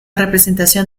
representación